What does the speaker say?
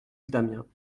damiens